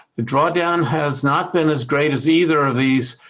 the drawdown has not been as great as either of these